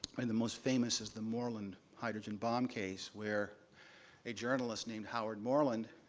i mean the most famous is the morland hydrogen bomb case, where a journalist named howard morland